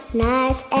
nice